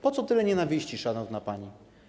Po co tyle nienawiści, szanowna pani?